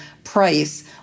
price